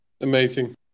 Amazing